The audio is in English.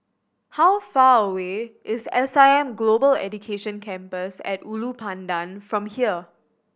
how far away is S I M Global Education Campus At Ulu Pandan from here